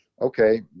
okay